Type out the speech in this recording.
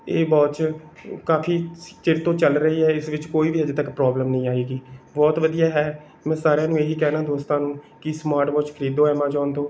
ਇਹ ਵੋਚ ਕਾਫ਼ੀ ਚਿਰ ਤੋਂ ਚੱਲ ਰਹੀ ਹੈ ਇਸ ਵਿੱਚ ਕੋਈ ਵੀ ਹਜੇ ਤੱਕ ਪ੍ਰੋਬਲਮ ਨਹੀਂ ਆਏਗੀ ਬਹੁਤ ਵਧੀਆ ਹੈ ਮੈਂ ਸਾਰਿਆਂ ਨੂੰ ਇਹ ਹੀ ਕਹਿਣਾ ਦੋਸਤਾਂ ਨੂੰ ਕਿ ਸਮਾਟ ਵੋਚ ਖਰੀਦੋ ਐਮਾਜੋਨ ਤੋਂ